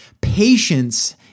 Patience